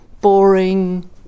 boring